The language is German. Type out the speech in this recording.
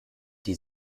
die